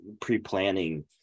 pre-planning